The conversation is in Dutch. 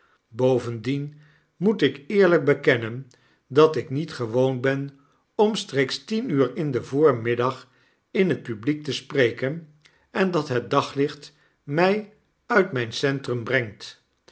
bovendien moet ik eerlyk bekennen dat ik niet gewoon ben omstreeks tien uur in den voormiddag in het publiek te spreken en dat het daglicht my uit mijn centrum brengt